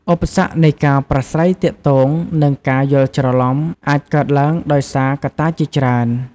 ឧបសគ្គនៃការប្រាស្រ័យទាក់ទង និងការយល់ច្រឡំ អាចកើតឡើងដោយសារកត្តាជាច្រើន។